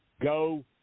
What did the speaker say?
go